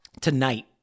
tonight